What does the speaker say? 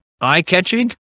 eye-catching